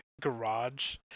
garage